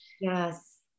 Yes